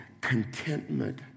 contentment